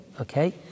okay